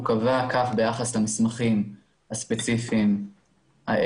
הוא קבע כך ביחס למסמכים הספציפיים האלה.